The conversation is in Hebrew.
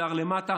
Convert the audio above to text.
שיער למטה,